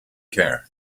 care